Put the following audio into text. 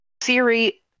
Siri